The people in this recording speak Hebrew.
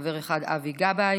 חבר אחד: אבי גבאי,